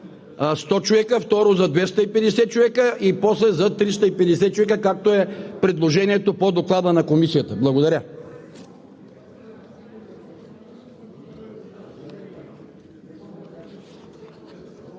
100 човека, второ, за 250 и после за 350 човека, както е предложението по Доклада на Комисията. Благодаря.